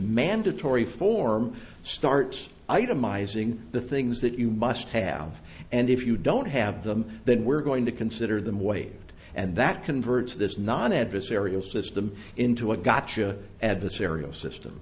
mandatory form starts itemizing the things that you must have and if you don't have them then we're going to consider them waived and that converts this non adversarial system into a gotcha adversarial system